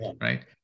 right